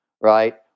right